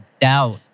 doubt